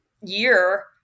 year